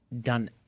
done